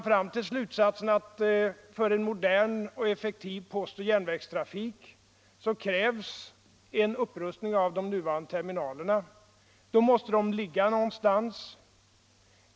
För en modern och effektiv postoch SJ-trafik krävs bättre terminaler än de nuvarande. De nya terminalerna måste ligga någonstans.